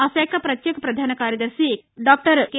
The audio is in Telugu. ఆ శాఖ పత్యేక రధాన కార్యదర్శి డాక్టర్ కె